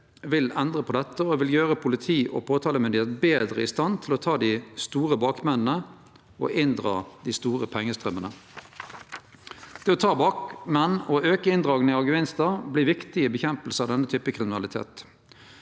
vil endre på dette og vil gjere politi og påtalemakt betre i stand til å ta dei store bakmennene og inndra dei store pengestraumane. Det å ta bakmenn og auke inndraging av gevinstar vert viktig for å kjempe mot denne typen kriminalitet.